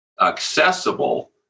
accessible